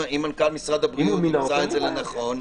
אם מנכ"ל משרד הבריאות ימצא לנכון.